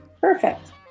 Perfect